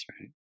right